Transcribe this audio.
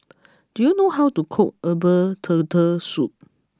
do you know how to cook Herbal Turtle Soup